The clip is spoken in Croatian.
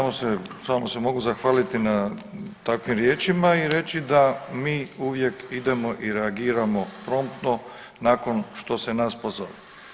Ništa, samo se mogu zahvaliti na takvim riječima i reći da mi uvijek idemo i reagiramo promptno nakon što se nas pozove.